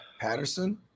Patterson